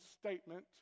statement